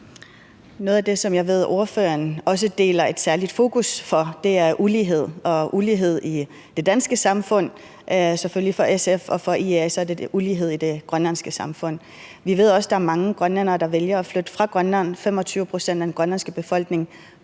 Noget af det, som jeg ved ordføreren også deler et særligt fokus på, er ulighed. For SF er det selvfølgelig ulighed i det danske samfund, og for IA er det ulighed i det grønlandske samfund. Vi ved også, at der er mange grønlændere, der vælger at flytte fra Grønland. 25 pct. af den grønlandske befolkning